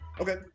okay